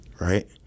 right